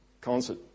concert